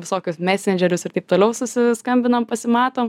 visokius mesendžerius ir taip toliau susiskambinam pasimatom